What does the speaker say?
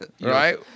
right